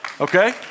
Okay